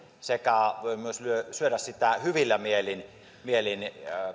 sekä voi syödä sitä myös hyvillä mielin mielin